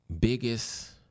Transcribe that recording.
biggest